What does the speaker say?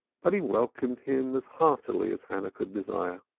but he welcomed him as heartily as hannah could desire.